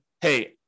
hey